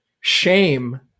shame